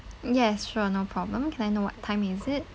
yes sure no problem can I know what time is it